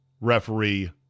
referee